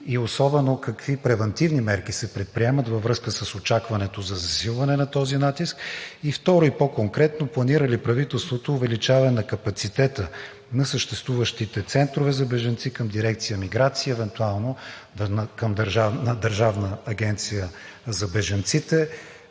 и особено какви превантивни мерки се предприемат във връзка с очакваното засилване на този натиск? И втори, по-конкретно: планира ли правителството увеличаване на капацитета на съществуващите центрове за бежанци към Дирекция „Миграция“, евентуално към Държавна агенция за бежанците,